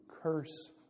curse